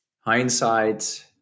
hindsight